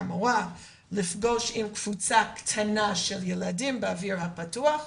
להיפגש עם קבוצה קטנה של ילדים באוויר הפתוח,